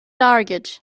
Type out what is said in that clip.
airgid